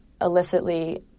illicitly